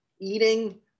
eating